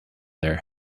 there